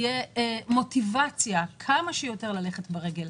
שתהיה מוטיבציה כמה שיותר ללכת ברגל,